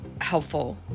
helpful